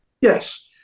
Yes